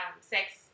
sex